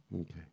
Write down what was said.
okay